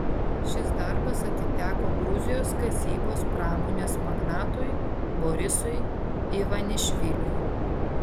šis darbas atiteko gruzijos kasybos pramonės magnatui borisui ivanišviliui